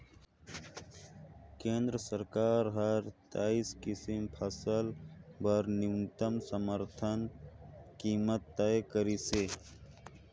केंद्र सरकार हर तेइस किसम फसल बर न्यूनतम समरथन कीमत तय करिसे